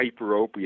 hyperopia